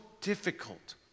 difficult